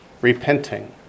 repenting